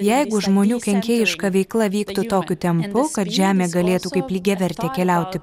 jeigu žmonių kenkėjiška veikla vyktų tokiu tempu kad žemė galėtų kaip lygiaverte keliauti